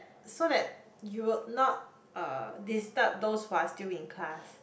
so that you will not uh disturb those who are still in class